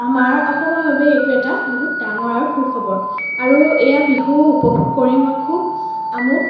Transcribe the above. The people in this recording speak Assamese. আমাৰ অসমৰ বাবে এইটো এটা বহুত ডাঙৰ আৰু সু খবৰ আৰু এয়া বিহু উপভোগ কৰি মই খুব আমোদ